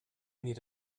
need